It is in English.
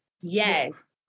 Yes